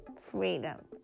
freedom